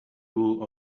rule